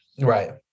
Right